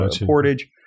Portage